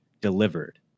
delivered